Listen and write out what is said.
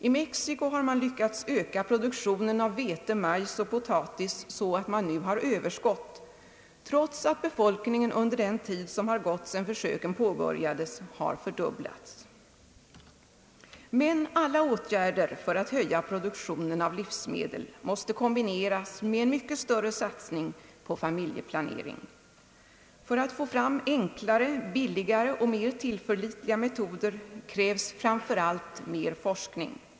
I Mexiko har man lyckats öka produktionen av vete, majs och potatis så att man nu har överskott, trots att befolkningen under den tid som gått sedan försöken påbörjades har fördubblats. Men alla åtgärder för att höja produktionen av livsmedel måste kombineras med en mycket större satsning på familjeplanering. För att få fram enklare, billigare och mer tillförlitliga metoder krävs framför allt mer forskning.